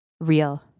Real